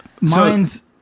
mine's